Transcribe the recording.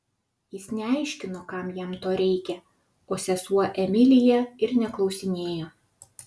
jis neaiškino kam jam to reikia o sesuo emilija ir neklausinėjo